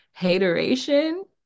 hateration